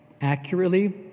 accurately